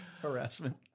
harassment